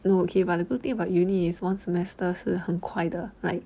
no okay but the good thing about uni is one semester 是很快的 like